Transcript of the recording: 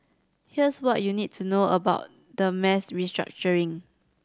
here's what you need to know about the mass restructuring